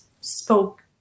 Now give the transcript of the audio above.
spoke